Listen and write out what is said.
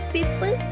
People